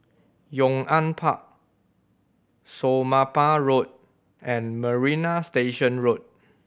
Yong An Park Somapah Road and Marina Station Road